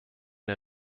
der